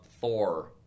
Thor